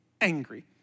angry